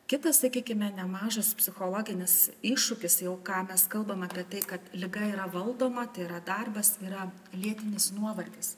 kitas sakykime nemažas psichologinis iššūkis jau ką mes kalbam apie tai kad liga yra valdoma tai yra darbas yra lėtinis nuovargis